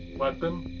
weapon